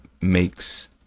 makes